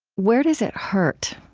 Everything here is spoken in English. where does it hurt?